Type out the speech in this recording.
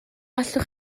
allwch